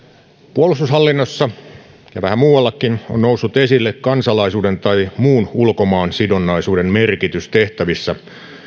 puolustushallinnossa ja vähän muuallakin on noussut esille kansalaisuuden tai muun ulkomaansidonnaisuuden merkitys tehtävissä